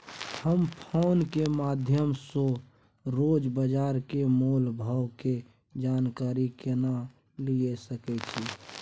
हम फोन के माध्यम सो रोज बाजार के मोल भाव के जानकारी केना लिए सके छी?